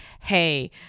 hey